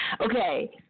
Okay